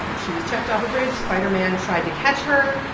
um she was chucked off a bridge, spider man tried to catch her,